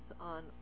on